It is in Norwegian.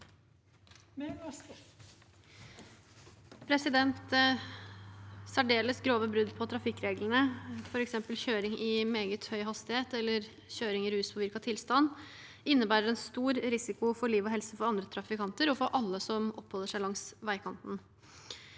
Særdeles grove brudd på trafikkreglene, f.eks. kjøring i meget høy hastighet eller kjøring i ruspåvirket tilstand, innebærer en stor risiko for liv og helse for andre trafikanter og for alle som oppholder seg langs veien.